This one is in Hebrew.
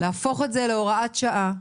להפוך את זה להוראת שעה.